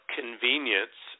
convenience